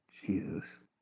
Jesus